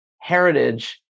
heritage